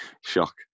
Shock